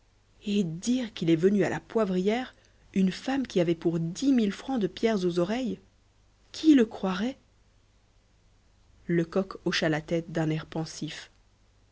et dire qu'il est venu à la poivrière une femme qui avait pour dix mille francs de pierres aux oreilles qui le croirait lecoq hocha la tête d'un air pensif